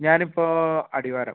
ഞാൻ ഇപ്പോൾ അടിവാരം